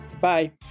Bye